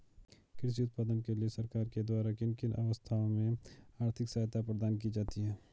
कृषि उत्पादन के लिए सरकार के द्वारा किन किन अवस्थाओं में आर्थिक सहायता प्रदान की जाती है?